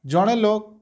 ଜଣେ ଲୋକ୍